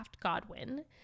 Godwin